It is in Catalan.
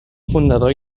fundador